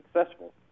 successful